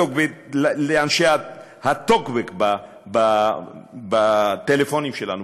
לאנשי הטוקבק בפלאפונים שלנו,